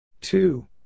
Two